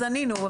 אז ענינו,